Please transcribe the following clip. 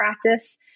practice